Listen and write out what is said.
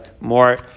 more